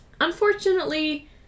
Unfortunately